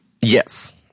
Yes